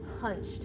hunched